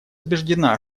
убеждена